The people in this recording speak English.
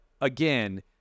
again